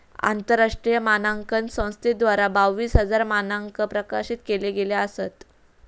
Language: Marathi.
आंतरराष्ट्रीय मानांकन संस्थेद्वारा बावीस हजार मानंक प्रकाशित केले गेले असत